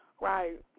right